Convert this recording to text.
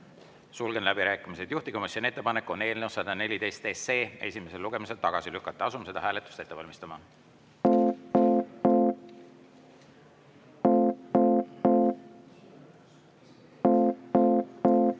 Sulgen läbirääkimised. Juhtivkomisjoni ettepanek on eelnõu 128 esimesel lugemisel tagasi lükata. Asume seda hääletust ette valmistama.